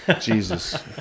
Jesus